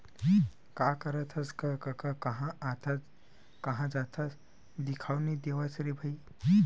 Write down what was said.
का करत हस गा कका काँहा आथस काँहा जाथस दिखउले नइ देवस रे भई?